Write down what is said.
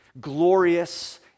glorious